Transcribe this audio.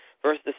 versus